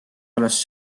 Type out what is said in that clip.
olles